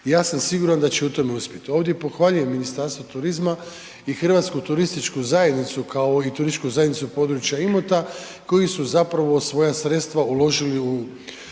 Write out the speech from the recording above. Ja sam siguran da će u tome uspjet. Ovdje pohvaljujem Ministarstvo turizma i HTZ, kao i TZ područja Imota koji su zapravo svoja sredstva uložili u